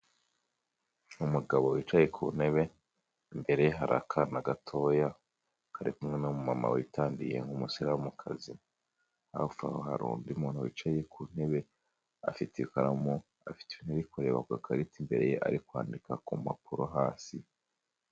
Umugabo wicaye ku ntebe, imbere ye hari akana gatoya, kari kumwe n'umumama witandiye nk'umusiramukazi. Hafi aho hari undi muntu wicaye ku ntebe, afite ikaramu, afite ibintu birikureba ku gakarita imbere ye, ari kwandika ku mpapuro hasi.